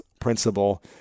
principle